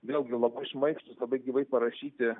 vėlgi labai šmaikštūs labai gyvai parašyti